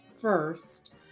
first